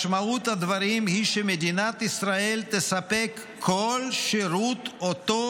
משמעות הדברים היא שמדינת ישראל תספק כל שירות שאותו